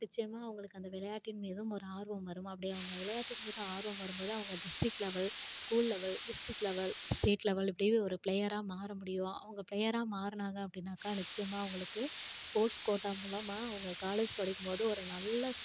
நிச்சயமா அவங்களுக்கு அந்த விளையாட்டின் மீதும் ஒரு ஆர்வம் வரும் அப்படி அவங்க விளையாட்டின் மீது ஆர்வம் வரும்போது அவங்க district level school level district level state level இப்படியே ஒரு ப்ளேயரா மாறமுடியும் அவங்க ப்ளேயராக மாறுனாங்க ள்அப்படின்னாக்கா நிச்சயமா அவங்களுக்கு ஸ்போர்ட்ஸ் கோட்டா மூலமாக அவங்க காலேஜ் படிக்கும்போது ஒரு நல்ல